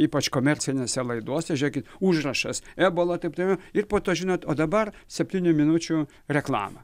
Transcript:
ypač komercinėse laidose žiūrėkit užrašas ebola taip toliau ir po to žinot o dabar septynių minučių reklama